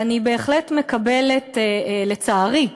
ואני בהחלט מקבלת, לצערי,